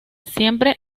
siempre